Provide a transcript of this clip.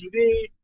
TV